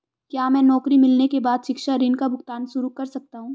क्या मैं नौकरी मिलने के बाद शिक्षा ऋण का भुगतान शुरू कर सकता हूँ?